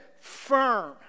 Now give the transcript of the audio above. firm